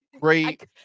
great